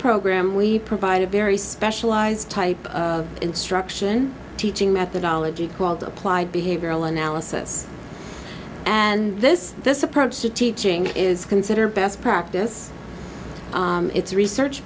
program we provide a very specialized type of instruction teaching methodology called applied behavioral analysis and this this approach to teaching is considered best practice it's research